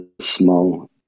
small